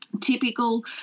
typical